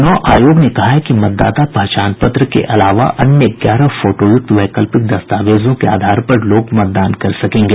चूनाव आयोग ने कहा है कि मतदाता पहचान पत्र के अलावा अन्य ग्यारह फोटोयुक्त वैकल्पिक दस्तावेजों के आधार पर लोग मतदान कर सकेंगे